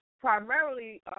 primarily